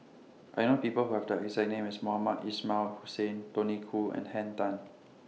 I know People Who Have The exact name as Mohamed Ismail Hussain Tony Khoo and Henn Tan